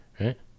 Right